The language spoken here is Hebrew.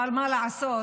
אבל מה לעשות,